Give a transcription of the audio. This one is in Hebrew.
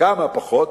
בכמה פחות?